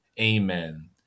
Amen